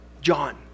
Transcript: John